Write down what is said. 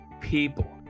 people